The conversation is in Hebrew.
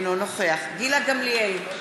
אינו נוכח גילה גמליאל,